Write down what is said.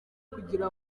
kugira